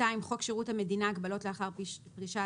(2)חוק שירות הציבור (הגבלות לאחר פרישה),